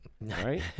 Right